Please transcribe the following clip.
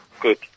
Good